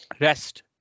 rest